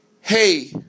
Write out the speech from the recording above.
hey